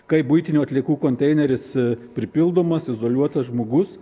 kaip buitinių atliekų konteineris pripildomas izoliuotas žmogus